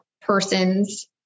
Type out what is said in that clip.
person's